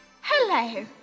Hello